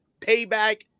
Payback